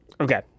Okay